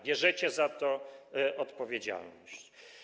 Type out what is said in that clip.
Bierzecie za to odpowiedzialność.